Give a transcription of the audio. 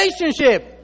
relationship